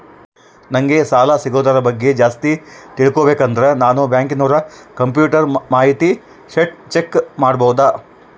ನಂಗೆ ಸಾಲ ಸಿಗೋದರ ಬಗ್ಗೆ ಜಾಸ್ತಿ ತಿಳಕೋಬೇಕಂದ್ರ ನಾನು ಬ್ಯಾಂಕಿನೋರ ಕಂಪ್ಯೂಟರ್ ಮಾಹಿತಿ ಶೇಟ್ ಚೆಕ್ ಮಾಡಬಹುದಾ?